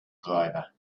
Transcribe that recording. driver